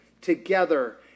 together